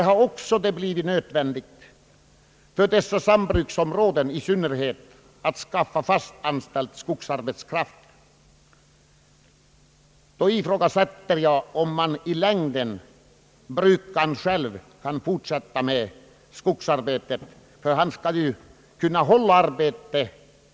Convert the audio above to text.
I synnerhet när det gäller sambruksområdena har det blivit nödvändigt att anlita fast anställd skogsarbetskraft. Jag ifrågasätter om brukaren själv i längden kan fortsätta med skogsarbetet.